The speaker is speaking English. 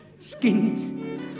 skint